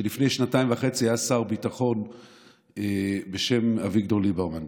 שלפני שנתיים וחצי היה שר ביטחון בשם אביגדור ליברמן,